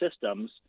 systems